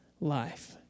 life